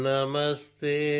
Namaste